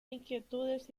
inquietudes